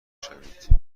شوید